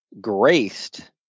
graced